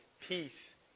peace